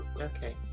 Okay